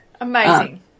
Amazing